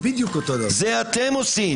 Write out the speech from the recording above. זה אתם עושים.